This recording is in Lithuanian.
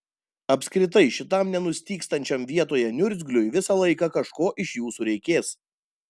apskritai šitam nenustygstančiam vietoje niurzgliui visą laiką kažko iš jūsų reikės